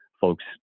folks